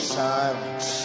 silence